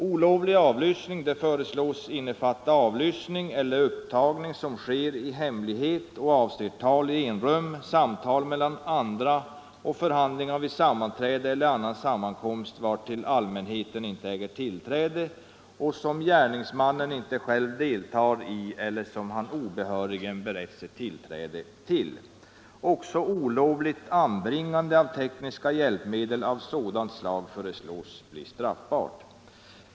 Olovlig avlyssning föreslås innefatta avlyssning eller upptagning i hemlighet av tal i enrum, samtal mellan andra eller förhandlingar vid sammanträde eller annan sammankomst, vartill allmänheten inte äger tillträde och som gärningsmannen inte själv deltar i eller som han obehörigen berett sig tillträde till. Också olovligt anbringande av tekniska hjälpmedel av sådant slag föreslås bli straffbart.